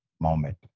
moment